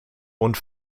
und